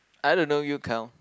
I don't know you count